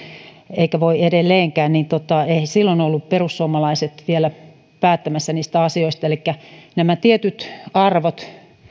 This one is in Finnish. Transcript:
eikä voi edelleenkään eihän silloin olleet perussuomalaiset vielä päättämässä niistä asioista elikkä nämä tietyt arvot